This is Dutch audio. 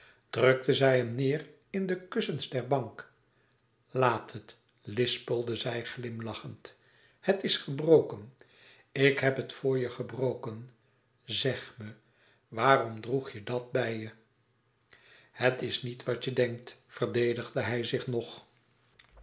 drukte zij hem neer in de kussens der bank laat het lispelde zij glimlachend het is gebroken ik heb het voor je gebroken zeg me waarom droeg je dat bij je het is niet wat je denkt verdedigde hij zich nog